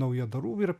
naujadarų ir